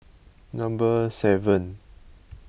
number seven